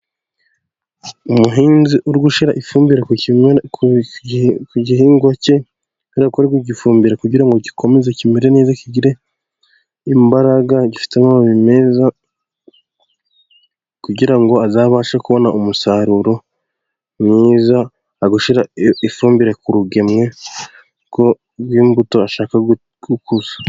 Umuhinzi uri gushyira ifumbire ku gihingwa cye, kubera ko ari kugifumbira kugira ngo gikomeze kimere neza, kigire imbaraga gifite n'amababi meza kugira ngo azabashe kubona umusaruro mwiza, ari gushyira ifumbire ku rugemwe rw'imbuto ashaka gukuza.